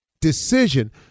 decision